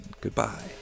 goodbye